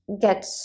Get